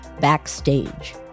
Backstage